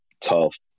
tough